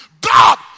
God